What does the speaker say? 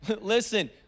Listen